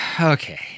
okay